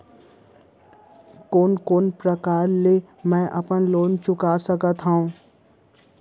कोन कोन प्रकार ले मैं अपन लोन चुका सकत हँव?